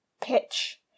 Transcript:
pitch